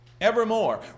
evermore